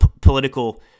political